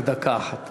רק דקה אחת.